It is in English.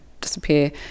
disappear